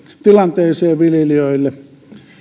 tilanteeseen viljelijöille